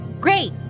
Great